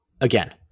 again